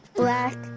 black